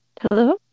Hello